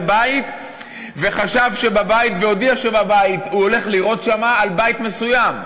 בית והודיע שהוא הולך לירות על בית מסוים,